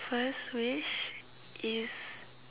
first wish is